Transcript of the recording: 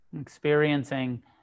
experiencing